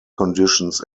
conditions